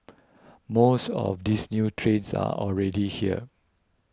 most of these new trains are already here